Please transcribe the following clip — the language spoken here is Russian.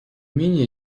менее